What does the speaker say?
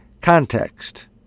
context